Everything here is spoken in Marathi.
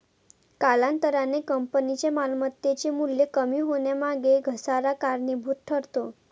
कालांतराने कंपनीच्या मालमत्तेचे मूल्य कमी होण्यामागे घसारा कारणीभूत ठरतो